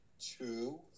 two